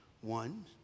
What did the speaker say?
one